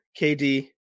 KD